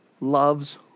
loves